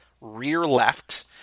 rear-left